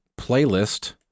playlist